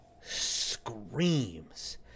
screams